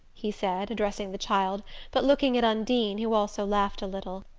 he said, addressing the child but looking at undine, who also laughed a little.